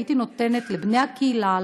הייתי נותנת לבני הקהילה,